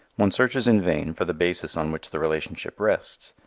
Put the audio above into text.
one searches in vain for the basis on which the relationship rests.